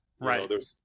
Right